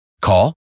Call